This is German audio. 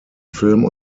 film